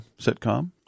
sitcom